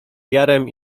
jarem